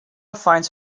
finds